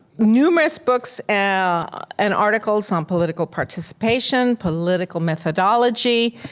numerous books and and articles on political participation, political methodology,